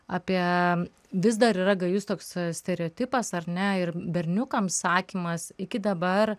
apie vis dar yra gajus toks stereotipas ar ne ir berniukams sakymas iki dabar